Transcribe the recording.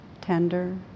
tender